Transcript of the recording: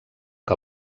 que